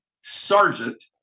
sergeant